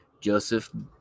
Joseph